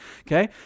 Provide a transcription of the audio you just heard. Okay